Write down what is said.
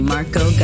Marco